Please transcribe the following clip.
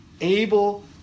able